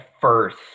first